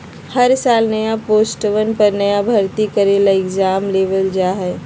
हर साल नया पोस्टवन पर नया भर्ती करे ला एग्जाम लेबल जा हई